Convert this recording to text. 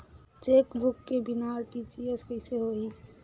Chequebook के बिना RTGS कइसे होही?